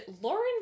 Lauren